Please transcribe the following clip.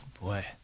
Boy